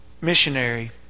missionary